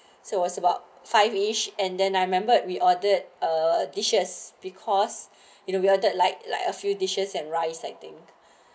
so it was about five ish and then I remembered we ordered a dishes because it'll be added like like a few dishes and rice acting